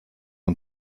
und